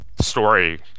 story